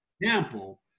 example